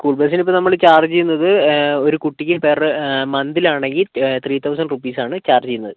school ബസിനിപ്പോൾ നമ്മൾ charge ചെയ്യുന്നത് ഒരു കുട്ടിക്ക് പെർ മന്തിലാണെങ്കിൽ ത്രീ തൗസൻറ് റുപീസാണ് ചാർജ് ചെയ്യുന്നത്